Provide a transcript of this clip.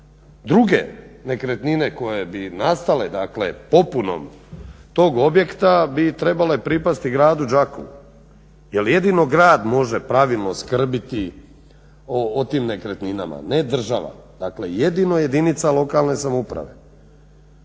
Druge nekretnine koje bi nastale dakle popunom tog objekta bi trebale pripasti gradu Đakovu. Jer jedino grad može pravilno skrbiti o tim nekretninama, ne država. Dakle, jedino jedinica lokalne samouprave.